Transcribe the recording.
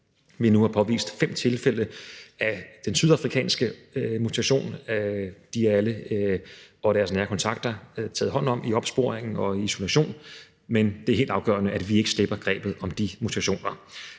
nu har påvist fem tilfælde af den sydafrikanske mutation. Dem alle og deres nære kontakter er der taget hånd om i opsporingen og isolation, men det er helt afgørende, at vi ikke slipper grebet om de mutationer,